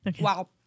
Wow